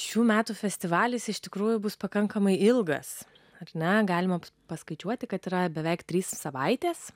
šių metų festivalis iš tikrųjų bus pakankamai ilgas ar na galima paskaičiuoti kad yra beveik trys savaitės